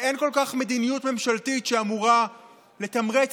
ואין כל כך מדיניות ממשלתית שאמורה לתמרץ